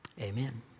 amen